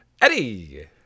Eddie